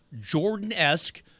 Jordan-esque